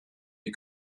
you